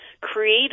create